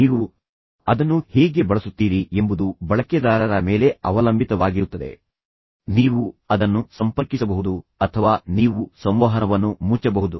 ನೀವು ಅದನ್ನು ಹೇಗೆ ಬಳಸುತ್ತೀರಿ ಎಂಬುದು ಬಳಕೆದಾರರ ಮೇಲೆ ಅವಲಂಬಿತವಾಗಿರುತ್ತದೆ ನೀವು ಅದನ್ನು ಸಂಪರ್ಕಿಸಬಹುದು ಅಥವಾ ನೀವು ಸಂವಹನವನ್ನು ಮುಚ್ಚಬಹುದು